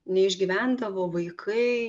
neišgyvendavo vaikai